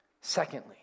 Secondly